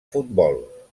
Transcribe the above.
futbol